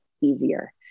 easier